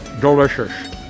Delicious